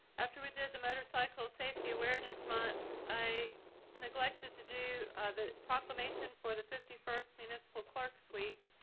after we did the motorcycle safety awareness month i neglected to do the proclamation for the fifty first municipal clerks week.